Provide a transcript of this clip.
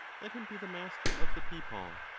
let him be the master of the people.